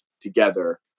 together